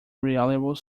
reliable